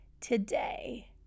today